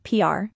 PR